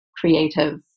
creative